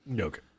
Okay